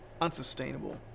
unsustainable